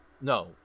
No